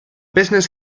business